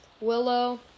Willow